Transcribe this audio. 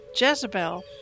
Jezebel